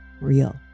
real